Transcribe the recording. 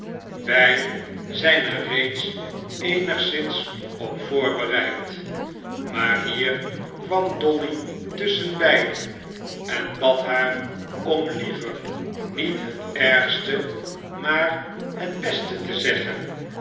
wij zijn er reeds eenigszins op voorbereid maar hier kwam dolly tusschenbeide en bad haar om liever ssl ig u te maar het beste te